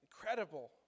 Incredible